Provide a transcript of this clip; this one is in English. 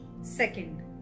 Second